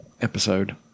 episode